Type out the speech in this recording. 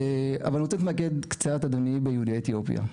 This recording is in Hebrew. אבל אני רוצה להתמקד קצת אדוני ביהודי אתיופיה.